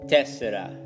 Tessera